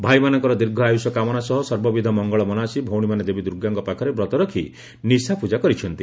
ଭାଇମାନଙ୍କର ଦୀର୍ଘ ଆୟୁଷ କାମନା ସହ ସର୍ବବିଧ ମଙ୍ଙଳ ମନାସି ଭଉଣୀମାନେ ଦେବୀ ଦୂର୍ଗାଙ୍କ ପାଖରେ ବ୍ରତ ରଖ ନିଶାପୂଜା କରିଛନ୍ତି